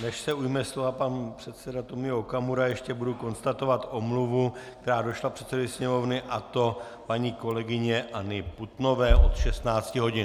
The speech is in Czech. Než se ujme slova pan předseda Tomio Okamura, ještě budu konstatovat omluvu, která došla předsedovi Sněmovny, a to paní kolegyně Anny Putnové od 16 hodin.